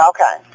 Okay